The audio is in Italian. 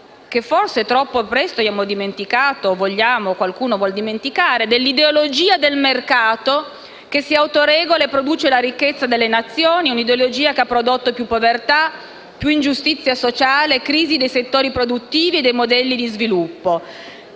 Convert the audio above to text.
- forse troppo presto abbiamo dimenticato o qualcuno vuol dimenticare - vi è stato il dominio dell'ideologia del mercato che si autoregola e produce la ricchezza delle Nazioni. Un'ideologia che ha prodotto più povertà, più ingiustizia sociale, crisi dei settori produttivi e dei modelli di sviluppo.